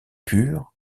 purs